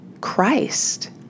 Christ